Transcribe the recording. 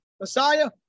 Messiah